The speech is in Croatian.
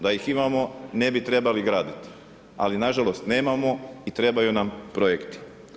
Da ih imamo ne bi trebali graditi, ali nažalost nemamo i trebaju nam projekti.